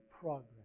progress